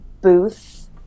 booth